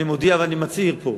אני מודיע ואני מצהיר פה,